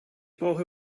brauche